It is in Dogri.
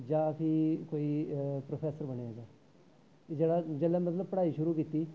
जां फ्ही कोई प्रोफेसर बनेआ जा जेह्ड़ा जेल्लै मतलब पढ़ाई शुरू कीती